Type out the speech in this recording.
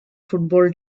football